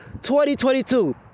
2022